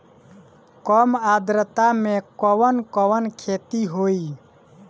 कम आद्रता में कवन कवन खेती होई?